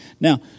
Now